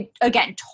again